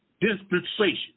dispensation